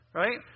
right